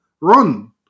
run